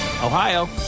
Ohio